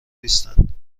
نیستند